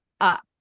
up